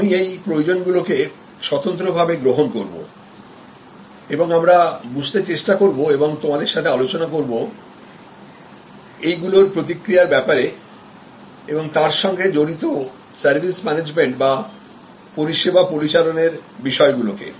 আমি এই প্রয়োজন গুলোকে স্বতন্ত্রভাবে গ্রহণ করব এবং আমরা বুঝতে চেষ্টা করব এবংতোমাদের সাথে আলোচনা করব এইগুলোরপ্রতিক্রিয়ার ব্যাপারে এবং তার সাথে জড়িত সার্ভিস ম্যানেজমেন্টবা পরিষেবা পরিচালনের বিষয়গুলোকে